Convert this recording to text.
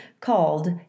called